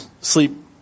sleep